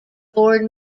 board